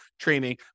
training